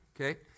okay